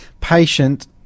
patient